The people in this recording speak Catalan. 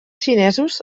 xinesos